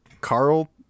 Carl